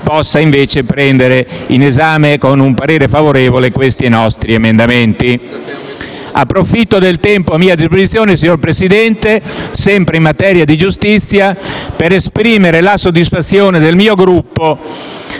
possa invece prendere in esame con un parere favorevole questi nostri emendamenti. Approfitto del tempo a mia disposizione, signor Presidente, sempre in materia di giustizia, per esprimere la soddisfazione del mio Gruppo